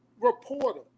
reporter